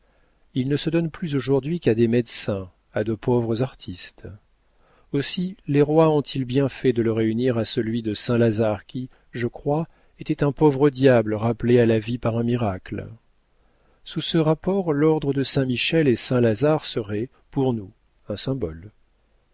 il ne se donne plus aujourd'hui qu'à des médecins à de pauvres artistes aussi les rois ont-ils bien fait de le réunir à celui de saint-lazare qui je crois était un pauvre diable rappelé à la vie par un miracle sous ce rapport l'ordre de saint-michel et saint-lazare serait pour nous un symbole